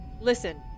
listen